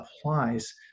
applies